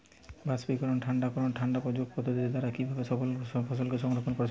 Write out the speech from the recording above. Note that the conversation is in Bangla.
বাষ্পীকরন ঠান্ডা করণ ঠান্ডা প্রকোষ্ঠ পদ্ধতির দ্বারা কিভাবে ফসলকে সংরক্ষণ করা সম্ভব?